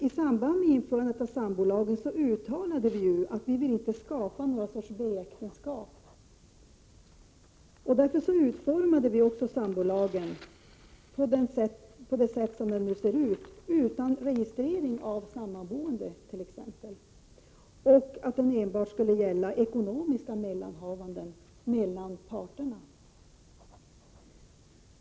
I samband med att sambolagen infördes uttalade riksdagen att man inte ville skapa någon sorts B-äktenskap. Därför utformade vi sambolagen på det sätt som den nu ser ut. Enligt denna lag registreras inte sammanboende. Sambolagen gäller bara ekonomiska mellanhavanden mellan parterna.